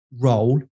role